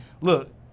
look